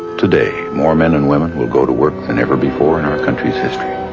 today, more men and women will go to work than ever before in our country's history.